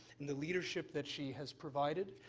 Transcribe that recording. and the leadership that she has provided.